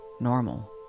normal